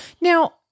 Now